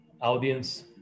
audience